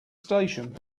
station